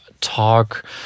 talk